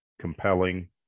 compelling